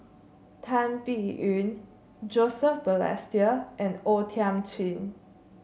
Tan Biyun Joseph Balestier and O Thiam Chin